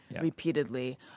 repeatedly